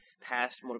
past